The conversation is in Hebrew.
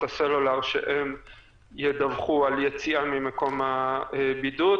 הסלולאר כדי שהן ידווחו על יציאה ממקום הבידוד,